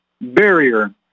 barrier